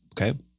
okay